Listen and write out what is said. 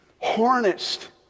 harnessed